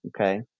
okay